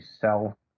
sell